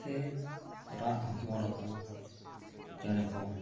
ᱥᱮ ᱨᱟᱜ ᱦᱚᱢᱚᱨᱟᱠᱚ ᱪᱮᱬᱮ ᱠᱚ